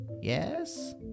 Yes